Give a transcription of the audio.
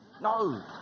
No